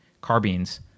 carbines